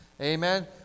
Amen